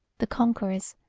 the conquerors,